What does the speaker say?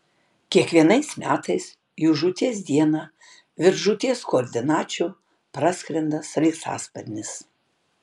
kiekvienais metais jų žūties dieną virš žūties koordinačių praskrenda sraigtasparnis